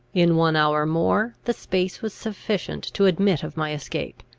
in one hour more, the space was sufficient to admit of my escape.